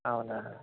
అవునా